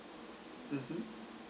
mmhmm